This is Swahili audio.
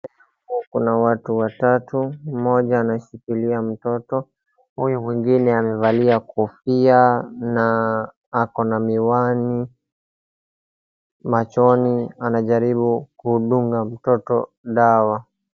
Kuna watu watatu, mmoja anashikilia mtoto, huyu mwingine amevalia kofia na ako na miwani machoni, anajaribu kudunga mtoto dawa.